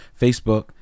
facebook